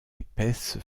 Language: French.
épaisse